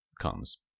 comes